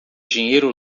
dinheiro